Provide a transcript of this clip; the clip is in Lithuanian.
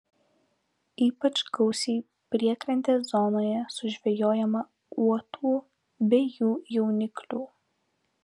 ypač gausiai priekrantės zonoje sužvejojama uotų bei jų jauniklių